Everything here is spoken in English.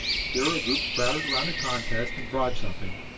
here a group crowded around a contest in broad jumping,